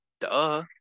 duh